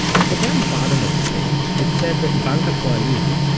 at the very bottom of the page it said that bank ha'poalim,